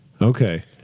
Okay